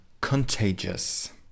Contagious